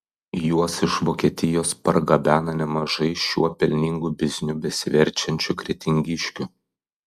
juos iš vokietijos pargabena nemažai šiuo pelningu bizniu besiverčiančių kretingiškių